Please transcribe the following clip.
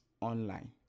online